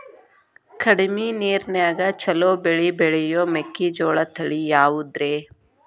ಕಡಮಿ ನೇರಿನ್ಯಾಗಾ ಛಲೋ ಬೆಳಿ ಬೆಳಿಯೋ ಮೆಕ್ಕಿಜೋಳ ತಳಿ ಯಾವುದ್ರೇ?